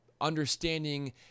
understanding